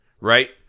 Right